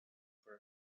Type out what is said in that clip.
for